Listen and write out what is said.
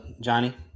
Johnny